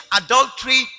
adultery